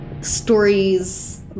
Stories